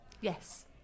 Yes